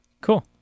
Cool